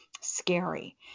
scary